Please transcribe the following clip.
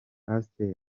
pasteur